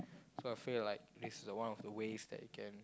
so I feel like this are one of the ways which we can